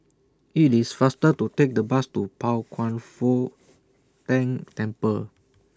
IT IS faster to Take The Bus to Pao Kwan Foh Tang Temple